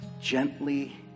gently